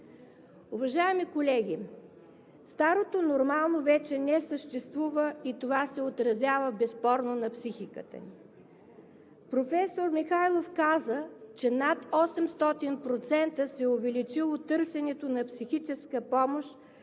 Уважаеми колеги, старото нормално вече не съществува и това се отразява безспорно на психиката ни. Професор Михайлов каза, че над 800% се е увеличило търсеното на психическа помощ